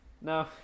No